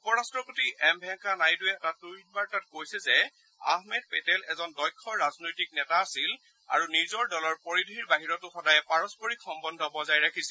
উপ ৰাট্টপতি এম ভেংকায়া নাইডুবে এটা টুইট বাৰ্তাত কৈছে যে আহমেদ পেটেল এজন দক্ষ ৰাজনৈতিক নেতা আছিল আৰু নিজৰ দলৰ পৰিধিৰ বাহিৰতো সদায় পাৰস্পৰিক সম্বন্ধ বৰ্তাই ৰাখিছিল